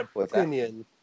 opinion